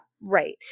right